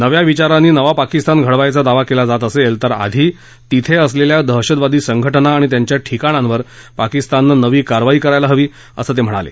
नव्या विचारांनी नवा पाकिस्तान घडवायचा दावा केला जात असेल तर आधी तिथं असलेल्या दहशतवादी संघटना आणि त्यांच्या ठिकाणांवर पाकिस्ताननं नवीन कारवाई करायला हवी असंही ते म्हणाले